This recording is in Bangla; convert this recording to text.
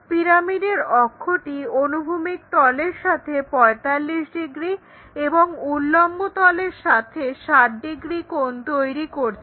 পিরামিডের অক্ষটি অনুভূমিক তলের সাথে 45 ডিগ্রি এবং উল্লম্ব তলের সাথে 60 ডিগ্রি কোণ তৈরি করছে